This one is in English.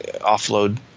offload